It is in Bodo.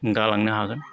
गालांनो हागोन